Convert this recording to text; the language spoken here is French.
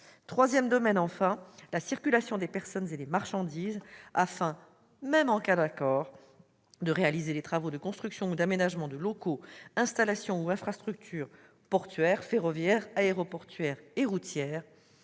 troisième et dernier est la circulation des personnes et des marchandises. Même en cas d'accord, il conviendra de réaliser les travaux de construction ou d'aménagement de locaux, installations, infrastructures portuaires, ferroviaires, aéroportuaires et routières